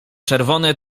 czerwone